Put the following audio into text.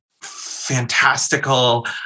fantastical